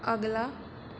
अगला